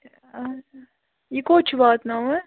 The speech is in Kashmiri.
اَہَن حظ یہِ کوٚت چھُ واتناوُن